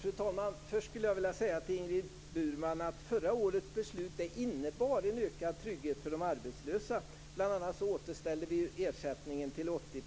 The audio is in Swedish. Fru talman! Först skulle jag vilja säga till Ingrid Burman att förra årets beslut innebar en ökad trygghet för de arbetslösa. Bl.a. återställde vi ersättningen till 80